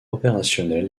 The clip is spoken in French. opérationnel